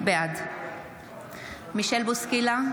בעד מישל בוסקילה,